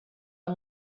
amb